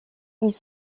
ils